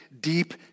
deep